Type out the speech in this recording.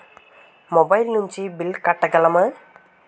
Mobile నుంచి bill కట్టగలమ?